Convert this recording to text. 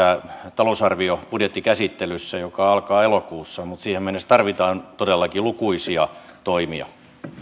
talousarvion budjettikäsittelyssä joka alkaa elokuussa mutta siihen mennessä tarvitaan todellakin lukuisia toimia